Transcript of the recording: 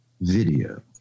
video